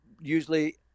usually